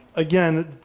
again,